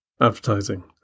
advertising